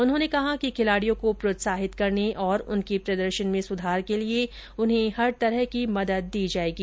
उन्होने कहा कि खिलाडियों को प्रोत्साहित करने और उनके प्रदर्शन में सुधार के लिये उन्हें हर तरह की मदद दी जायेगी